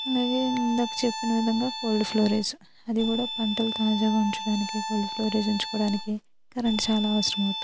అలాగే ఇందాక చెప్పిన విధంగా కోల్డ్ ఫ్లోరేజు అది కూడా పంటలు తాజాగా ఉంచడానికి కోల్డ్ ఫ్లోరేజ్ ఉంచుకోవడానికి కరెంట్ చాలా అవసరం అవుతుంది